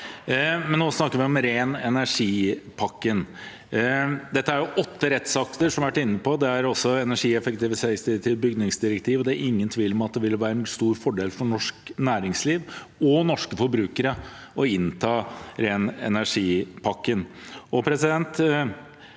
Nå snakker vi om ren energi-pakken. Dette er åtte rettsakter, som vi har vært inne på. Det er også energieffektiviseringsdirektiv og bygningsdirektiv, og det er ingen tvil om at det ville være en stor fordel for norsk næringsliv og norske forbrukere å ta inn ren energi-pakken.